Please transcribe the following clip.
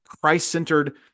Christ-centered